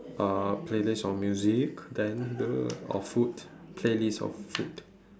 uh playlist or music then the of food playlist of food